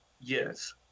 Yes